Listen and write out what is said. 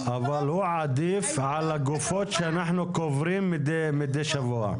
אבל הוא עדיף על הגופות שאנחנו קוברים מדי שבוע.